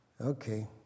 Okay